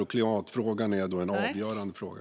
Då är klimatfrågan en avgörande fråga.